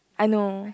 I know